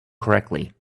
correctly